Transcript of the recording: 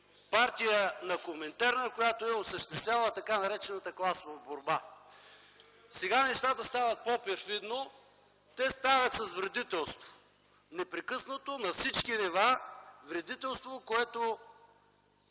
партия на Коминтерна, която осъществявала така наречената класова борба. (Шум и реплики в КБ.) Сега нещата стават по-перфидно. Те стават с вредителство непрекъснато на всички нива - вредителство, което